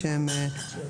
מומחים3ב.